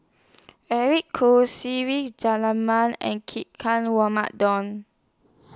Eric Khoo Se Ve and